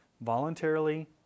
voluntarily